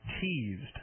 teased